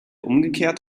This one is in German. umgekehrt